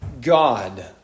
God